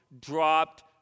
dropped